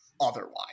otherwise